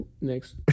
Next